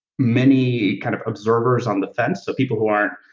many kind of observers on the fence, so people who aren't